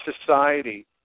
society